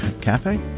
cafe